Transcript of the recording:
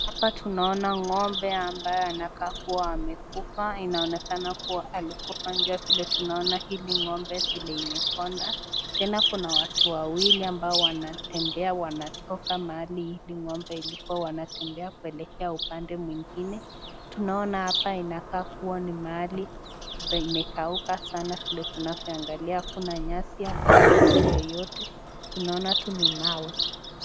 Hapa tunaona ng'ombe ambayo anakaa kuwa amekufa inaonekana kuwa alikufa njaa vile tunaona hili ng'ombe vile imekonda ,tena kuna watu wawili ambao wanatembea wanatoka mahali hili ng'ombe ilikuwa wanatembea kuelekea upande mwingine , tunaona hapa inakaa kuwa ni mahali na imekauka sana vile tunavyoangalia hakuna nyasi hakuna kitu yeyote , tunaona to ni mawe.